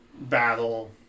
battle